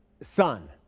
son